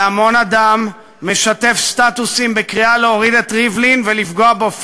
והמון אדם משתף סטטוסים בקריאה להוריד את ריבלין ולפגוע בו פיזית,